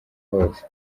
hose